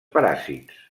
paràsits